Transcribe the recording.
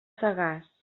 sagàs